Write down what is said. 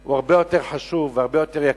היא הרבה יותר חשובה ויקרה,